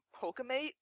PokeMate